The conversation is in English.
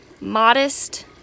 Modest